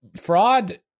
fraud